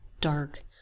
dark